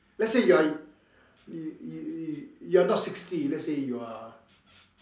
let's say you're you you you you're not sixty let's say you are